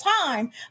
time